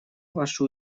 ваши